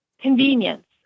convenience